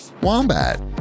Wombat